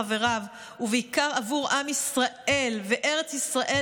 חבריו ובעיקר עבור עם ישראל וארץ ישראל,